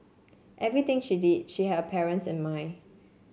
everything she did she had parents and mind